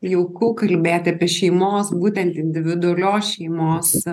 jauku kalbėt apie šeimos būtent individualios šeimos